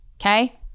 Okay